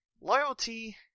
loyalty